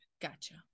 Gotcha